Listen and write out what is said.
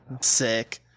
Sick